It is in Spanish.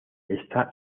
está